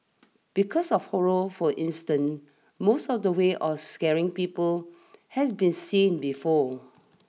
because of horror for instance most of the ways of scaring people has been seen before